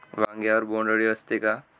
वांग्यावर बोंडअळी असते का?